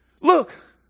Look